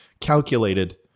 calculated